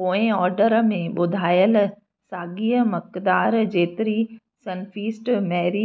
पोएं ऑडर में ॿुधायल साॻिए मक़दार जेतिरी सनफीस्ट मैरी